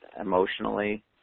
emotionally